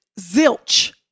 zilch